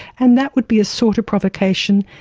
and that would be a sort of provocation,